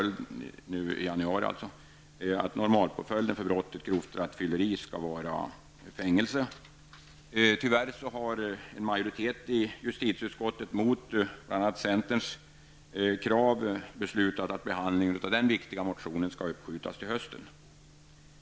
I denna motion begärde centern att normalföljden för brottet grovt rattfylleri skall vara fängelse. Tyvärr har en majoritet i justitieutskottet motsatt sig centerns krav och beslutat att behandlingen av denna viktiga motion skall uppskjutas till hösten.